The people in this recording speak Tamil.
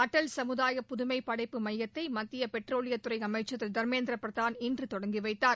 அடல் சமுதாய புதுமை படைப்பு மையத்தை மத்திய பெட்ரோலியத் துறை அமைச்ச் திரு தர்மேந்தர் பிரதான் இன்று தொடங்கி வைத்தார்